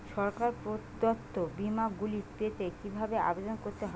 সরকার প্রদত্ত বিমা গুলি পেতে কিভাবে আবেদন করতে হবে?